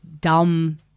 dumb